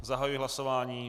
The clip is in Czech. Zahajuji hlasování.